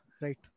right